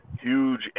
huge